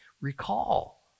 Recall